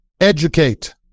educate